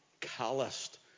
calloused